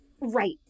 Right